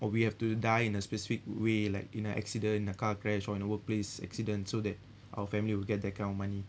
or we have to die in a specific way like in a accident in a car crash or in the workplace accident so that our family will get that kind of money